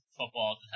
Football